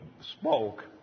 spoke